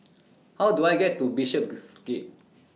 How Do I get to Bishopsgate